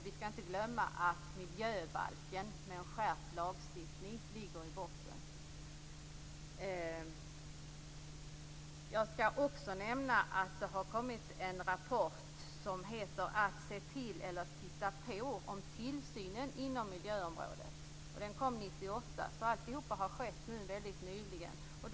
Vi skall inte glömma att en skärpt lagstiftning i miljöbalken ligger i botten. Jag skall också nämna att det har lagts fram en rapport som heter Att se till eller titta på - om tillsynen inom miljöområdet. Rapporten lades fram 1998. Allt har skett nyligen.